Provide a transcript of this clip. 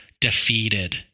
defeated